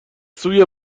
سوی